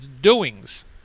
doings